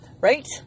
Right